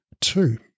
Two